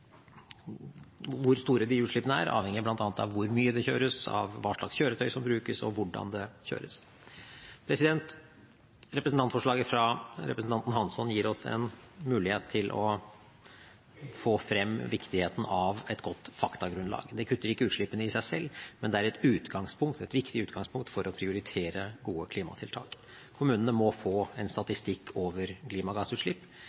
er, avhenger bl.a. av hvor mye det kjøres, hva slags kjøretøy som brukes, og hvordan det kjøres. Representantforslaget fra representanten Hansson gir oss en mulighet til å få frem viktigheten av et godt faktagrunnlag. Det kutter ikke utslippene i seg selv, men det er et viktig utgangspunkt for å prioritere gode klimatiltak. Kommunene må få en